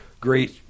great